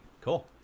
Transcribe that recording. cool